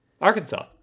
arkansas